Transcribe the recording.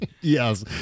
Yes